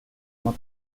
uma